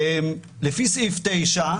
לפי סעיף 9,